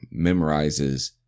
memorizes